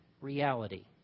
reality